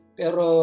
pero